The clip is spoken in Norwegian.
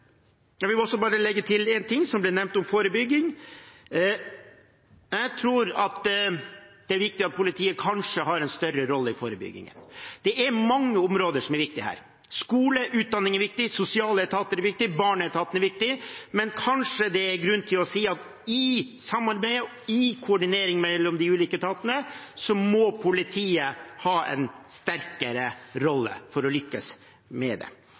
Jeg vil også bare legge til en ting til det som ble nevnt om forebygging. Jeg tror kanskje det er viktig at politiet får en større rolle i forebyggingen. Det er mange områder som er viktige her. Skole og utdanning er viktig, sosiale etater er viktig, barneetaten er viktig, men det er kanskje grunn til å si at politiet må ha en sterkere rolle i samarbeidet, i koordineringen mellom de ulike etatene,